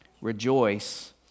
rejoice